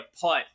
putt